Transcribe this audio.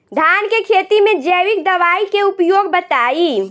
धान के खेती में जैविक दवाई के उपयोग बताइए?